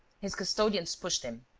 his custodians pushed him.